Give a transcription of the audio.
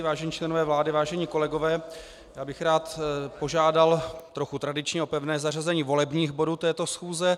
Vážení členové vlády, vážení kolegové, já bych rád požádal trochu tradičně o pevné zařazení volebních bodů této schůze.